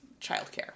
childcare